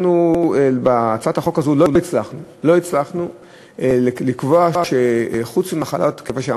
אנחנו לא הצלחנו בהצעת החוק הזאת לקבוע שחוץ ממחלה,